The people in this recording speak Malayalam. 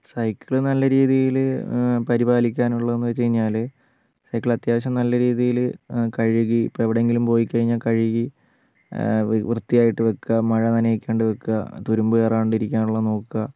സൈക്കിള് നല്ല രീതിയിൽ പരിപാലിക്കാനുള്ളതെന്ന് വച്ചു കഴിഞ്ഞാൽ സൈക്കിള് അത്യാവശ്യം നല്ല രീതിയിൽ കഴുകി ഇപ്പം എവിടെയെങ്കിലും പോയിക്കഴിഞ്ഞാൽ കഴുകി വൃത്തിയായിട്ട് വയ്ക്കുക മഴ നനയിക്കാണ്ട് വയ്ക്കുക തുരുമ്പ് കയറാണ്ടിരിക്കാനുള്ളത് നോക്കുക